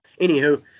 Anywho